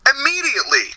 Immediately